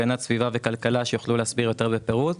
הגנת סביבה וכלכלה שיוכלו להסביר יותר בפירוט.